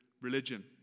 religion